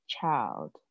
child